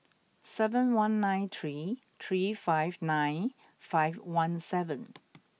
seven one nine three three five nine five one seven